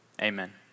amen